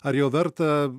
ar jau verta